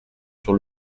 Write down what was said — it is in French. sur